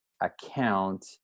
account